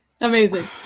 amazing